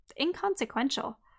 inconsequential